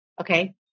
okay